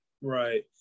right